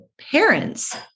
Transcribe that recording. parents